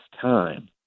time